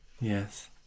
yes